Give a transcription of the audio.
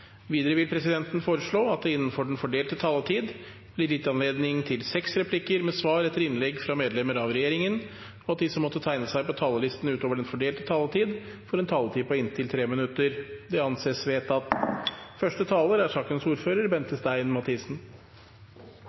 Videre vil presidenten foreslå at det – innenfor den fordelte taletid – blir gitt anledning til inntil seks replikker med svar etter innlegg fra medlemmer av regjeringen, og at de som måtte tegne seg på talerlisten utover den fordelte taletid, får en taletid på inntil 3 minutter. – Det anses vedtatt.